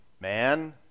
Man